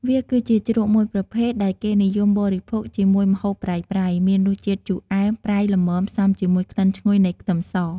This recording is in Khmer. វាគឺជាជ្រក់មួយប្រភេទដែលគេនិយមបរិភោគជាមួយម្ហូបប្រៃៗ មានរសជាតិជូរអែម ប្រៃ ល្មម ផ្សំជាមួយក្លិនឈ្ងុយនៃខ្ទឹមស។